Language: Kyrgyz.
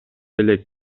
элек